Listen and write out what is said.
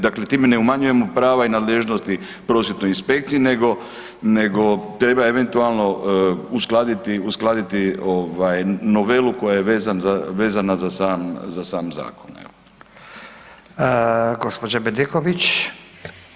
Dakle time ne umanjujemo prava i nadležnosti prosvjetnoj inspekciji nego treba eventualno uskladiti novelu koja je vezana za sam zakon, evo.